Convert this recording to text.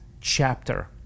chapter